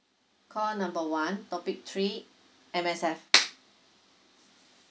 call number one topic three M_S_F